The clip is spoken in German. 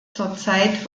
zurzeit